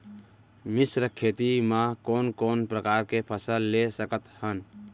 मिश्र खेती मा कोन कोन प्रकार के फसल ले सकत हन?